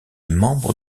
membre